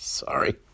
Sorry